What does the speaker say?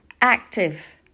active